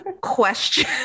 question